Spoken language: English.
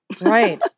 Right